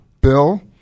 Bill